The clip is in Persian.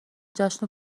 جشن